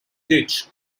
ditch